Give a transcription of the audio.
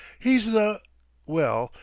he's the well,